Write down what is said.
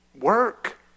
work